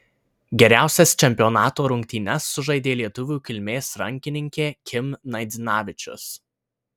geriausias čempionato rungtynes sužaidė lietuvių kilmės rankininkė kim naidzinavičius